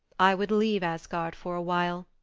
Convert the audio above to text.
i would leave asgard for a while,